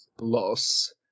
loss